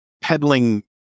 peddling